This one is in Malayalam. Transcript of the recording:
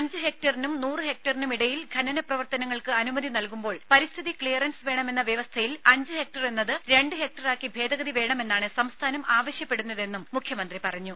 അഞ്ച് ഹെക്ടറിനും നൂറു ഹെക്ടറിനും ഇടയിൽ ഖനന പ്രവർത്തനങ്ങൾക്ക് അനുമതി നൽകുമ്പോൾ പരിസ്ഥിതി ക്ലിയറൻസ് വേണമെന്ന വ്യവസ്ഥയിൽ അഞ്ച് ഹെക്ടറെന്നത് രണ്ട് ഹെക്ടറാക്കി ഭേദഗതി വേണമെന്നാണ് സംസ്ഥാനം ആവശ്യപ്പെടുന്നതെന്നും മുഖ്യമന്ത്രി പറഞ്ഞു